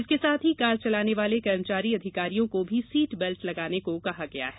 इसके साथ ही कार चलाने वाले कर्मचारी अधिकारियों को भी सीट बैल्ट लगाने को कहा गया है